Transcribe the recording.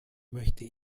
möchte